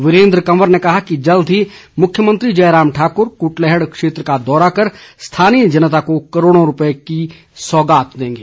वीरेन्द्र कंवर ने कहा कि जल्द ही मुख्यमंत्री जयराम ठाकुर कुटलैहड़ क्षेत्र का दौरा कर स्थानीय जनता को करोड़ों रूपए की सौगात देंगे